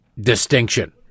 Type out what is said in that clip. distinction